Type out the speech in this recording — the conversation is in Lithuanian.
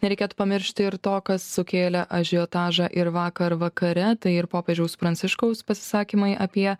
nereikėtų pamiršti ir to kas sukėlė ažiotažą ir vakar vakare tai ir popiežiaus pranciškaus pasisakymai apie